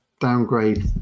downgrade